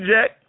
Jack